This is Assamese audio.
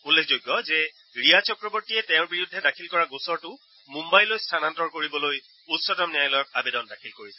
উল্লেখযোগ্য যে ৰিয়া চক্ৰৱৰ্তীয়ে তেওঁৰ বিৰুদ্ধে দাখিল কৰা গোচৰটো মুন্নাইলৈ স্থানান্তৰ কৰিবলৈ উচ্চতম ন্যায়ালয়ত আবেদন দাখিল কৰিছিল